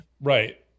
right